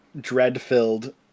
dread-filled